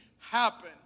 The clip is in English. happen